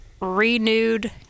renewed